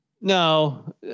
No